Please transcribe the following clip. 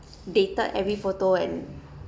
dated every photo and